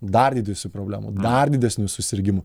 dar didesnių problemų dar didesnių susirgimų